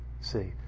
See